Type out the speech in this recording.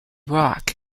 rock